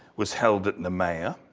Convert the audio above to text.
was held at nemea.